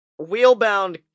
wheelbound